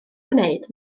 gwneud